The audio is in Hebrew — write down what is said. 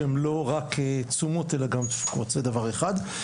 שהם לא רק תשומות אלא גם --- זה דבר אחד.